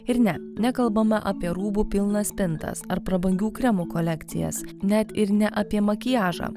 ir ne nekalbama apie rūbų pilnas spintas ar prabangių kremų kolekcijas net ir ne apie makiažą